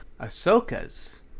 Ahsoka's